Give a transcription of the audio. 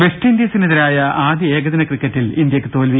വെസ്റ്റിൻഡീസിനെതിരായ ആദ്യ ഏകദിന ക്രിക്കറ്റിൽ ഇന്ത്യക്ക് തോൽവി